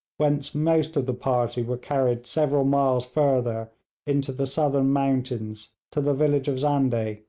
whence most of the party were carried several miles further into the southern mountains to the village of zandeh,